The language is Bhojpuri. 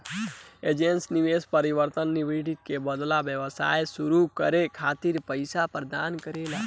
एंजेल निवेशक परिवर्तनीय इक्विटी के बदला व्यवसाय सुरू करे खातिर पईसा प्रदान करेला